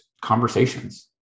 conversations